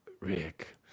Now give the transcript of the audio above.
Rick